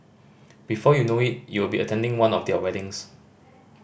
before you know it you'll be attending one of their weddings